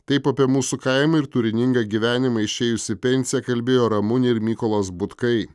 taip apie mūsų kaimą ir turiningą gyvenimą išėjus į pensiją kalbėjo ramunė ir mykolas butkai